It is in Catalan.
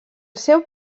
seu